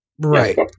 right